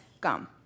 gum